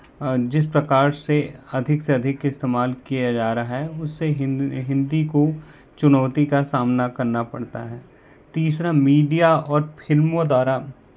जिस प्रकार से अधिक से अधिक इस्तेमाल किया जा रहा है उससे हिन्दी को चुनौती का सामना करना पड़ता है तीसरा मीडिया और फिल्मों द्वारा